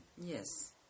Yes